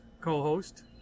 co-host